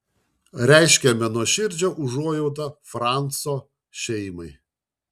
reiškiame nuoširdžią užuojautą franco šeimai